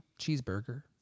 Cheeseburger